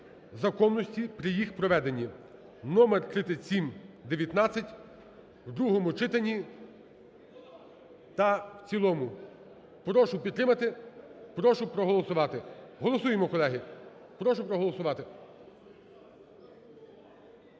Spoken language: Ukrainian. законності при їх проведені (номер 3719) в другому читанні та в цілому. Прошу підтримати, прошу проголосувати. Голосуємо, колеги! Прошу проголосувати.